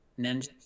ninja